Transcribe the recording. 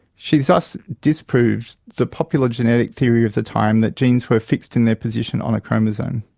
she thus disproved the popular genetic theory of the time that genes were fixed in their position on a chromosome.